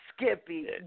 Skippy